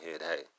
hey